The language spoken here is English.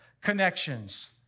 connections